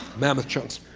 mammoth chunks.